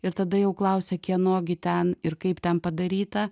ir tada jau klausia kieno gi ten ir kaip ten padaryta